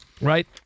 Right